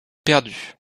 perdus